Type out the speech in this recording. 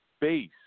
base